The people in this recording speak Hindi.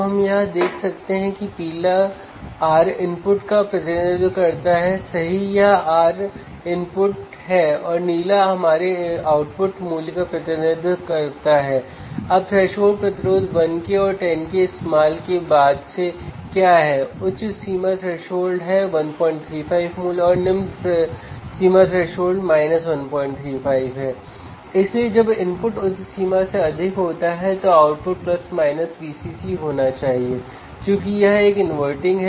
हम देखते हैं कि इस विशेष इंस्ट्रूमेंटेशन एम्पलीफायर का आउटपुट 134 वोल्ट है